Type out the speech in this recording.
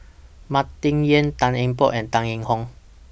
Martin Yan Tan Eng Bock and Tan Yee Hong